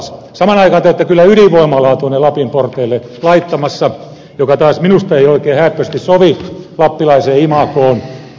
samaan aikaan te olette kyllä ydinvoimalaa tuonne lapin porteille laittamassa joka taas minusta ei oikein hääppöisesti sovi lappilaiseen imagoon kun se on matkailualuetta